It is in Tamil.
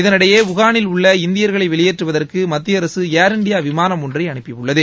இதனிடையே யூஹானில் உள்ள இந்தியர்களை வெளியேற்றுவதற்கு மத்திய அரக ஏர் இண்டியா விமானம் ஒன்றை அனுப்பியுள்ளது